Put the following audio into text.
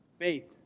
Faith